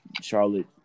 Charlotte